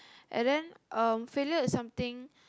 and then um failure is something